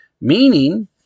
meaning